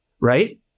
right